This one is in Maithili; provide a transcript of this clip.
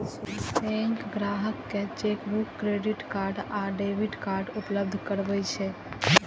बैंक ग्राहक कें चेकबुक, क्रेडिट आ डेबिट कार्ड उपलब्ध करबै छै